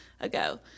ago